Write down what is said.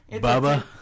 Baba